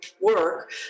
work